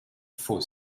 faut